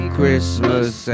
Christmas